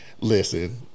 listen